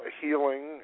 healing